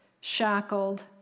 shackled